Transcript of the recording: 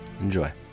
Enjoy